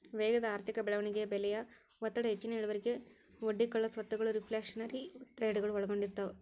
ವೇಗದ ಆರ್ಥಿಕ ಬೆಳವಣಿಗೆ ಬೆಲೆಯ ಒತ್ತಡ ಹೆಚ್ಚಿನ ಇಳುವರಿಗೆ ಒಡ್ಡಿಕೊಳ್ಳೊ ಸ್ವತ್ತಗಳು ರಿಫ್ಲ್ಯಾಶನರಿ ಟ್ರೇಡಗಳು ಒಳಗೊಂಡಿರ್ತವ